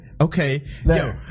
Okay